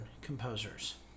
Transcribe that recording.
composers